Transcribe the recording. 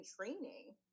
training